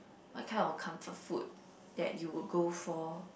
what kind of comfort food that you would go for